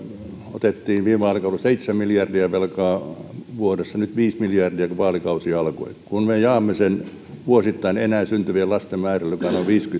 otettiin viime vaalikaudella velkaa seitsemän miljardia vuodessa nyt viisi miljardia kun vaalikausi alkoi kun me jaamme sen vuosittain syntyvien lasten määrällä joka on enää noin